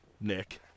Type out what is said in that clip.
Nick